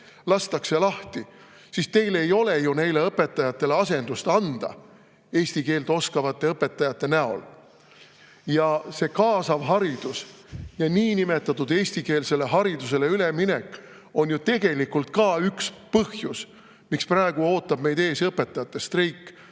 lastakse lahti. Teil ei ole ju neile õpetajatele asendust anda eesti keelt oskavate õpetajate näol. See kaasav haridus ja niinimetatud eestikeelsele haridusele üleminek on ju tegelikult ka üks põhjus, miks meid ootab ees õpetajate streik.